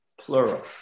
plural